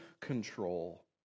control